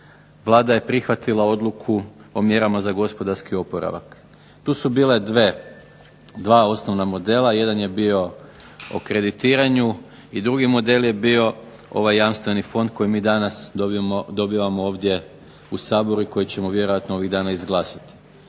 Vlada je prihvatila Odluku o mjerama za gospodarski oporavak. Tu su bila dva osnovna modela. Jedan je bio o kreditiranju i drugi model je bio ovaj Jamstveni fond koji mi danas dobivamo ovdje u Saboru i koji ćemo vjerojatno ovih dana izglasati.